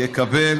יקבל